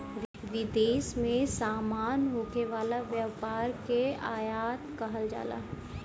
विदेश में सामान होखे वाला व्यापार के आयात कहल जाला